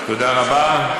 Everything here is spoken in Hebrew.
תודה רבה.